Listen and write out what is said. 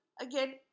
again